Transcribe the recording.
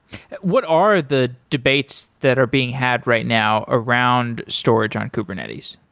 what are the debates that are being had right now around storage on kubernetes?